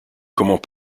comment